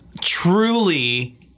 truly